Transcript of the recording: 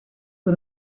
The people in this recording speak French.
que